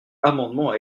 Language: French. amendement